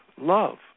love